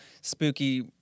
spooky